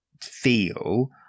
feel